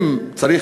אם צריך,